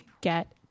get